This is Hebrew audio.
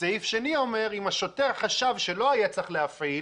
סעיף שני אומר שאם השוטר חשב שלא היה צריך להפעיל